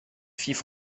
fille